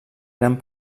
érem